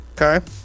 Okay